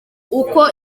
uko